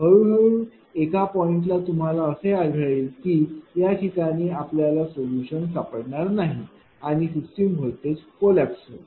हळूहळू एका पॉईंट ला तुम्हाला असे आढळेल की या ठिकाणी आपल्याला सोल्युशन सापडणार नाही आणि सिस्टम व्होल्टेज कोलैप्स होईल